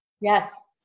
Yes